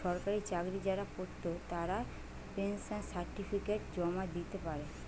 সরকারি চাকরি যারা কোরত তারা পেনশন সার্টিফিকেট জমা দিতে পারে